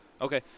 Okay